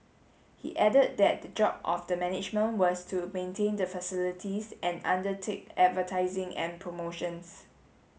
he added that the job of the management was to maintain the facilities and undertake advertising and promotions